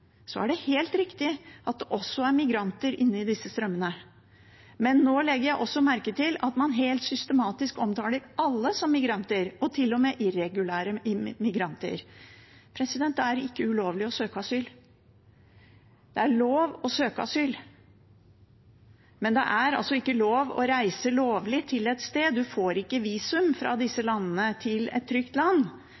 Så er det helt riktig at det også er migranter inne i disse strømmene, men jeg legger merke til at man nå helt systematisk omtaler alle som migranter, og til og med irregulære migranter. Det er ikke ulovlig å søke asyl, det er lov å søke asyl, men det er altså ikke lov å reise lovlig til et sted. Man får ikke visum fra disse